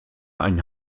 einen